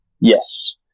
Yes